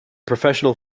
professional